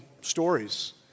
stories